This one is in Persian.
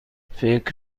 فکر